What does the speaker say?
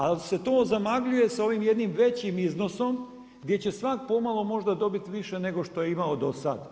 Ali se to zamagljuje sa ovim jednim većim iznosom gdje će svatko pomalo možda dobiti više nego što je imao do sada.